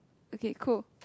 okay cool